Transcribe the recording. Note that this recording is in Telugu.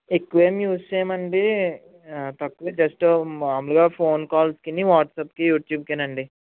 ఎక్కువేం యూజ్ చేయమండి తక్కువే జస్ట్ మాములుగా ఫోన్ కాల్స్కి వాట్స్అప్కి యూట్యూబ్కిన అండి